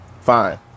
Fine